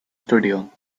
studio